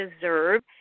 deserve